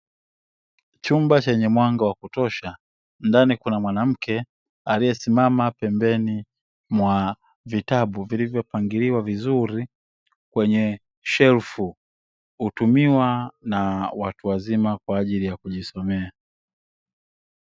Chumba chenye mwanga wa kutosha, ndani kuna mwanamke aliyesimma pembeni mwa vitabu vilivyopangiliwa vizuri kwenye shelfu, hutumiwa na watuwazima kwa ajili ya kujisomea.